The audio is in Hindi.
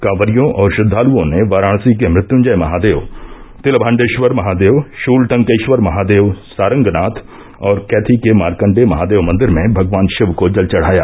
कांवरियों और श्रद्धालुओं ने वाराणसी के मृत्युंजय महादेव तिलभाण्डेष्वर महादेव षूलटंकेष्वर महादेव सारंगनाथ और कैथी के मारकण्डेय महादेव मंदिर में भगवान षिव को जल चढ़ाया